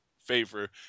favor